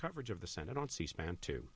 coverage of the senate on cspan to